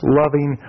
loving